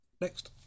Next